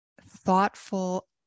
thoughtful